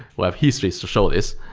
we have history to show this.